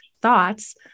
thoughts